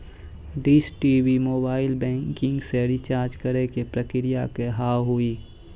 Dish TV mobile banking से recharge करे के प्रक्रिया का हाव हई?